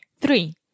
Three